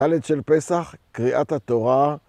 ‫ד של פסח, קריאת התורה.